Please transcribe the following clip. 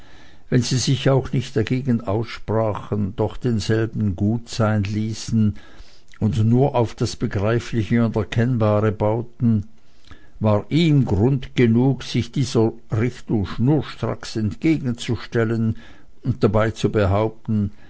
wenn sie sich auch nicht dagegen aussprachen doch denselben gut sein ließen und nur auf das begreifliche und erkennbare bauten war ihm grund genug sich dieser richtung schnurstracks entgegen zustellen und dabei zu behaupten